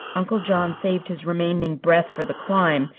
uncle john saved his remaining breath for the climb.